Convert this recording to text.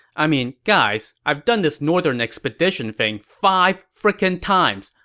i mean, guys, i've done this northern expedition thing five frickin' times.